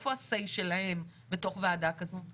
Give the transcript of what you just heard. איפה ה"סיי" שלהם בתוך ועדה כזו?